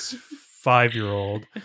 five-year-old